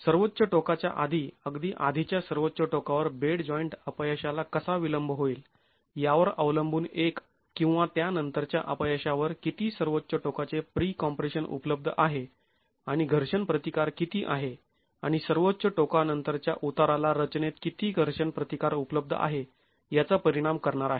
सर्वोच्च टोकाच्या आधी अगदी आधीच्या सर्वोच्च टोकावर बेड जॉईंट अपयशाला कसा विलंब होईल यावर अवलंबून एक किंवा त्यानंतरच्या अपयशावर किती सर्वोच्च टोकाचे प्रीकॉम्प्रेशन उपलब्ध आहे आणि घर्षण प्रतिकार किती आहे आणि सर्वोच्च टोका नंतरच्या उताराला रचनेत किती घर्षण प्रतिकार उपलब्ध आहे याचा परिणाम करणार आहे